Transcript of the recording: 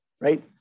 right